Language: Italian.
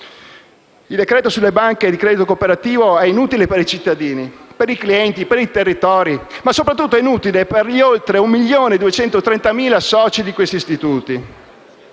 il decreto-legge sulle banche di credito cooperativo è inutile per i cittadini, per i clienti, per i territori, ma soprattutto è inutile per gli oltre 1.230.000 soci di questi istituti.